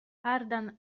ardan